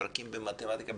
פרקים במתמטיקה,